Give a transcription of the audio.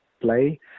play